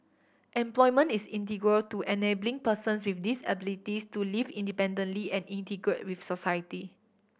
employment is integral to enabling persons with disabilities to live independently and integrate with society